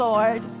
Lord